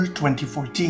2014